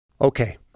Okay